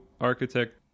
architect